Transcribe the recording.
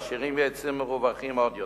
והעשירים יצאו מורווחים עוד יותר.